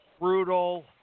Brutal